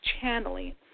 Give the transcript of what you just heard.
channeling